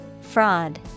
Fraud